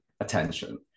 attention